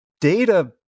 data